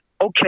okay